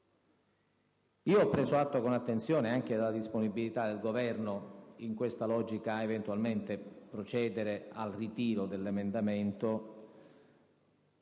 Io ho preso atto con attenzione anche della disponibilità del Governo, in questa logica, ad eventualmente procedere al ritiro dell'emendamento,